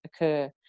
occur